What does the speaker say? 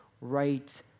right